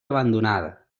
abandonada